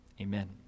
amen